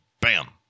bam